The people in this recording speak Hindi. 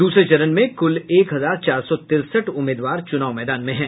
इसी चरण में क्ल एक हजार चार सौ तिरसठ उम्मीदवार च्नाव मैदान में हैं